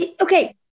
okay